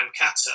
Kata